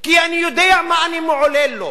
כי אני יודע מה אני מעולל לו,